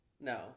No